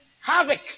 havoc